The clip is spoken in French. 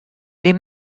les